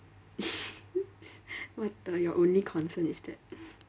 what the your only concern is that